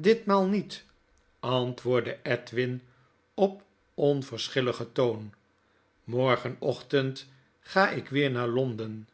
ditmaal niet antwoordde edwin op onverschilligen toon w morgenochtend ga ik weer naar londen